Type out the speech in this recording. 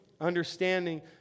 understanding